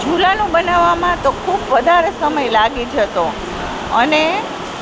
ચૂલાનું બનાવવામાં તો ખૂબ વધારે સમય લાગી જતો અને